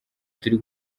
turi